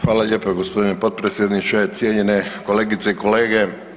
Hvala lijepo g. potpredsjedniče, cijenjene kolegice i kolege.